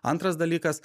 antras dalykas